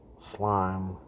slime